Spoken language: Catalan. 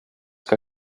que